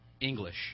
English